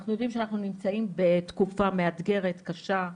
אנחנו יודעים שאנחנו נמצאים בתקופה מאתגרת, קשה,